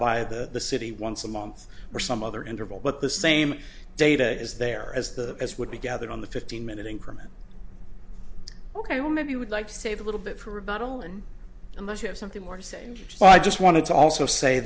by the city once a month or some other interval but the same data is there as the as would be gathered on the fifteen minute increment ok well maybe you would like to save a little bit for rebuttal and unless you have something more sane just well i just wanted to also say